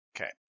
Okay